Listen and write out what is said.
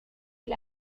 igl